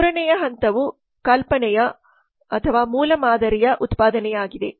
ಮೂರನೆಯ ಹಂತವು ಕಲ್ಪನೆಯಮೂಲ ಮಾದರಿಯ ಉತ್ಪಾದನೆಯಾಗಿದೆ